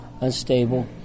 unstable